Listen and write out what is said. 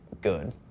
good